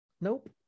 Nope